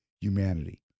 humanity